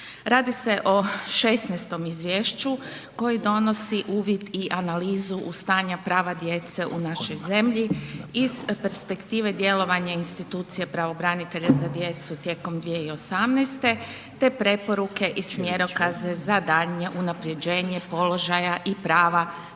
Radi se o 16.-tom izvješću koji donosi uvid i analizu u stanja prava djece u našoj zemlji iz perspektive djelovanja institucija pravobranitelja za djecu tijekom 2018. te preporuke i smjerokaze za daljnje unapređenje položaja i prava sve